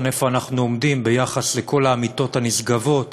איפה אנחנו עומדים ביחס לכל האמיתות הנשגבות